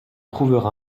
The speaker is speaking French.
trouvera